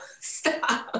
Stop